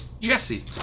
Jesse